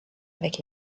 avec